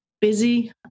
busy